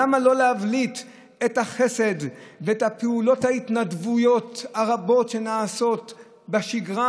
למה לא להבליט את החסד ואת פעולות ההתנדבות הרבות שנעשות בשגרה,